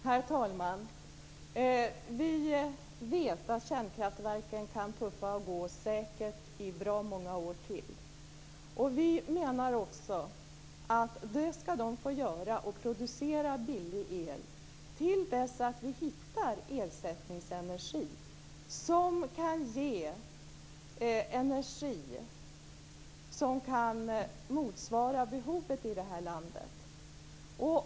Herr talman! Vi vet att kärnkraftverken kan tuffa och gå säkert i bra många år till. Vi menar också att de skall få göra det och producera billig el till dess att vi hittar ersättningsenergi som kan motsvara behovet i det här landet.